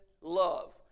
love